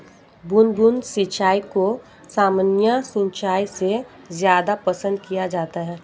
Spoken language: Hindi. बूंद बूंद सिंचाई को सामान्य सिंचाई से ज़्यादा पसंद किया जाता है